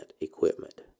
equipment